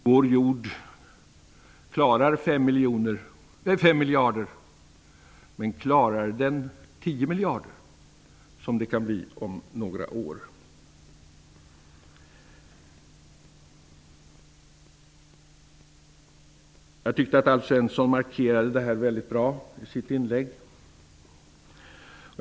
Vår jord klarar 5 miljarder människor, men klarar den 10 miljarder, som det kan bli om 25--30 år? Alf Svensson markerade detta väldigt bra i sitt inlägg.